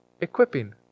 equipping